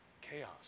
chaos